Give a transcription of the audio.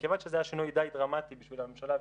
מכיוון שזה היה שינוי די דרמטי בשביל הממשלה,